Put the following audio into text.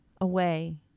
away